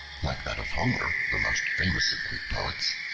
like that of homer, the most famous of greek poets,